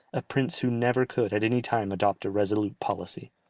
a prince who never could at any time adopt a resolute policy.